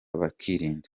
bakirinda